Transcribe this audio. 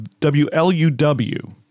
wluw